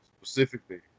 specifically